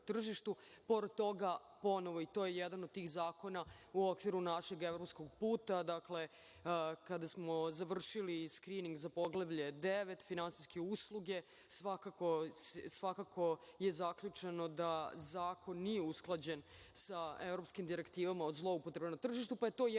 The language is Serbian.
tržištu. Pored toga, ponovo, i to je jedan od tih zakona u okviru našeg evropskog puta. Dakle, kada smo završili skrining za Poglavlje IX - finansijske usluge, svakako je zaključeno da zakon nije usklađen sa evropskim direktivama od zloupotreba na tržištu, pa je to jedan